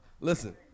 Listen